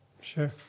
Sure